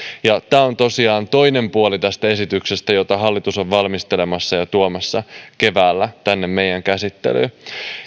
tämä on tosiaan toinen puoli tästä esityksestä jota hallitus on valmistelemassa ja tuomassa keväällä tänne meidän käsittelyyn